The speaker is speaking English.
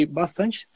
bastante